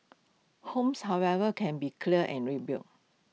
homes however can be cleared and rebuilt